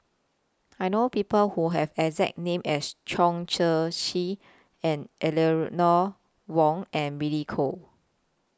I know People Who Have The exact name as Chong Tze Chien Eleanor Wong and Billy Koh